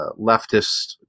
leftist